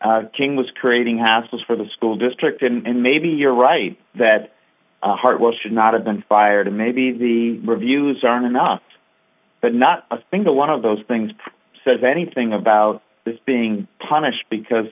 king was creating hassles for the school district and maybe you're right that hard work should not have been fired maybe the reviews aren't enough but not a single one of those things says anything about this being punished because